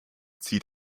zieht